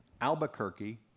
Albuquerque